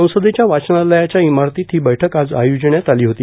संसदेच्या वाचनालयाच्या इमारतीत ही बैठक आज आयोजिण्यात आली होती